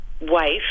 wife